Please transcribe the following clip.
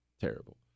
terrible